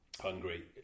hungry